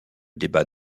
débat